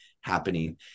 happening